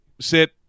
sit